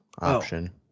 option